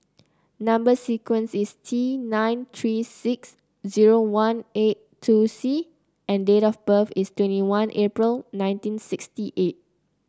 number sequence is T nine three six zero one eight two C and date of birth is twenty one April nineteen sixty eight